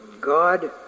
God